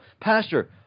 Pastor